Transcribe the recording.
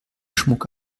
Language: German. schmuck